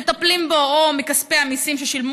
מטפלים בו או מכספי המיסים ששילמו